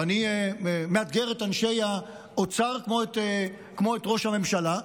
ואני מאתגר את אנשי האוצר, כמו את ראש הממשלה,